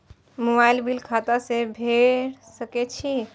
Mobile bill खाता से भेड़ सके छि?